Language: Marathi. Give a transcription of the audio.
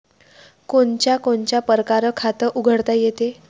कोनच्या कोनच्या परकारं खात उघडता येते?